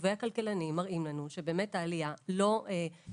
טובי הכלכלנים מראים לנו שעלייה לא זהירה,